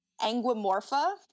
Anguimorpha